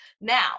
now